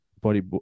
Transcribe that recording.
body